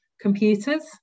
computers